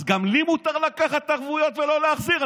אז גם לי מותר לקחת ערבויות ולא להחזיר?